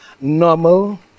normal